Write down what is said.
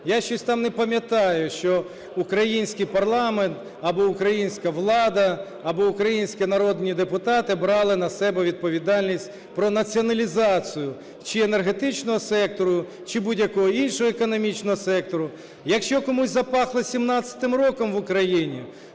я щось там не пам'ятаю, що український парламент або українська влада, або українські народні депутати брали на себе відповідальність про націоналізацію чи енергетичного сектору, чи будь-якого іншого економічного сектору. Якщо комусь запахло 17-м роком в Україні,